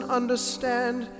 understand